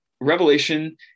Revelation